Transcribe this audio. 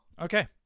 Okay